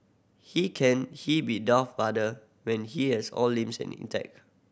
he can he be Darth Vader when he has all limbs in a intact